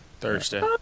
Thursday